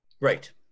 right